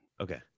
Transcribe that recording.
Okay